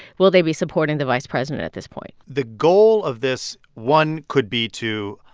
will they be supporting the vice president at this point? the goal of this one could be to,